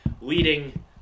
leading